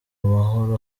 amahoro